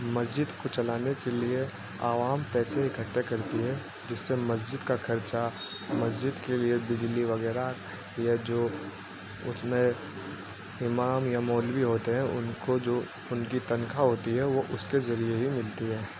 مسجد کو چلانے کے لیے عوام پیسے اکھٹے کرتی ہے جس سے مسجد کا خرچہ مسجد کے لیے بجلی وغیرہ یا جو اس میں امام یا مولوی ہوتے ہیں ان کو جو ان کی تنخاہ ہوتی ہے وہ اس کے ذریعے ہی ملتی ہے